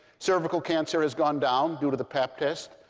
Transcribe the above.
cervical cancer has gone down due to the pap test.